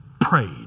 prayed